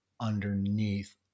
underneath